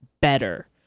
better